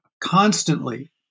constantly